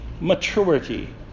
maturity